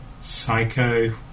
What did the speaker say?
Psycho